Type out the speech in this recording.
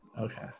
Okay